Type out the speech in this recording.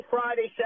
Friday